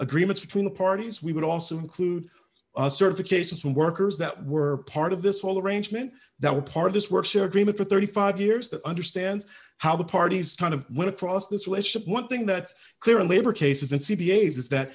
agreements between the parties we would also include a certification from workers that were part of this whole arrangement that were part of this work share agreement for thirty five years that understands how the parties kind of went across this relationship one thing that's clear in labor cases and c b s is that